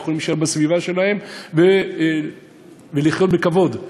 יכולים להישאר בסביבה שלהם ולחיות בכבוד.